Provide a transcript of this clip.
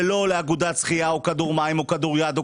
זה לא לאגודת שחייה או כדור מים או כדוריד או